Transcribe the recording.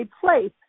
place